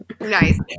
nice